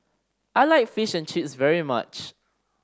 I like Fish and Chips very much